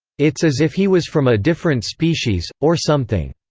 it's as if he was from a different species, or something.